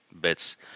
bits